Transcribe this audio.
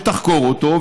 שתחקור אותו,